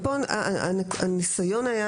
הניסיון היה